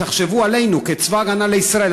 תחשבו עלינו כצבא ההגנה לישראל,